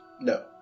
No